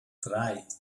drei